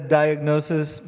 diagnosis